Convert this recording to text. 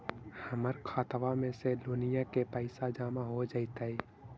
हमर खातबा में से लोनिया के पैसा जामा हो जैतय?